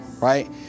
Right